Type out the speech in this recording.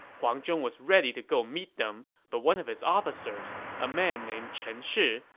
huang zhong was ready to go meet them, but one of his officers, a man named chen shi,